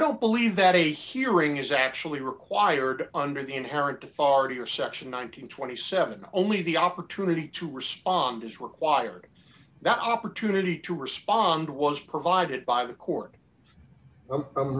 don't believe that a hearing is actually required under the inherent authority or section nine hundred and twenty seven only the opportunity to respond is required that opportunity to respond was provided by the court i'm